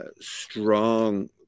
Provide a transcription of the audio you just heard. strong